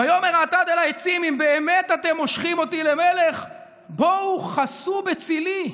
"ויאמר האטד אל העצים אם באמת אתם מֹשחים אתי למלך עליכם באו חסו בצלי"